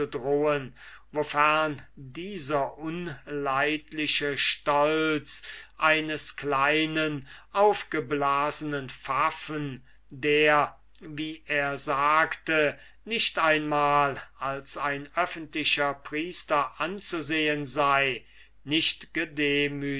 wofern dieser unleidliche stolz eines kleinen aufgeblasenen pfaffen der wie er sagte nicht einmal als ein öffentlicher priester anzusehen sei nicht